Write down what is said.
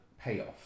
payoff